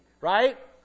right